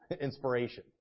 inspiration